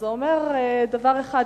אז זה אומר דבר אחד,